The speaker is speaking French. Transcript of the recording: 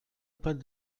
pas